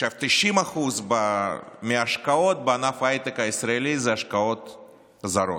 90% מההשקעות בענף ההייטק הישראלי הן השקעות זרות.